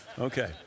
Okay